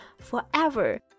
forever